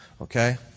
Okay